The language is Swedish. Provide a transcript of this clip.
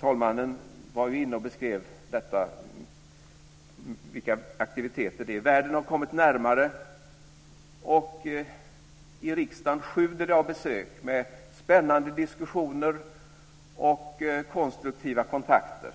Talmannen beskrev ju det. Världen har kommit närmare. I riksdagen sjuder det av besök med spännande diskussioner och konstruktiva kontakter.